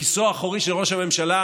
מכיסו האחורי של ראש הממשלה,